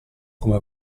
come